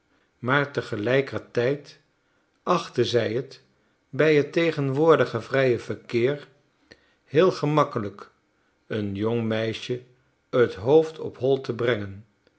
maar tegelijkertijd achtte zij het bij het tegenwoordige vrije verkeer heel gemakkelijk een jong meisje het hoofd op hol te brengen